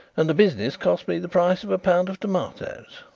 and the business cost me the price of a pound of tomatoes.